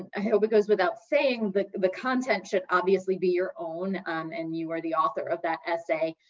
i hope it goes without saying that the content should obviously be your own um and you are the author of that essay,